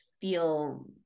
feel